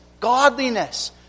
godliness